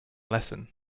lesson